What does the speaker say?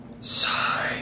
Sigh